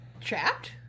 trapped